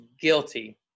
guilty